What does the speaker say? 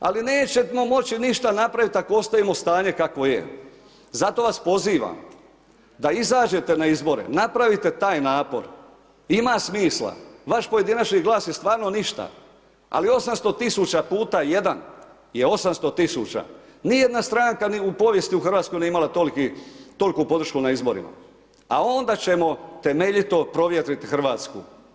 Ali nećemo moći ništa napravit ako ostavimo stanje kakvo je, zato vas pozivam da izađete na izbore napravite taj napor ima smisla, vaš pojedinačni glas je stvarno ništa, ali 800.000 puta 1 je 800.000 nijedna stranka u povijesti u Hrvatskoj nije ima toliku podršku na izborima, a onda ćemo temeljito provjetriti Hrvatsku.